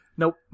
Nope